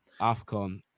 Afcon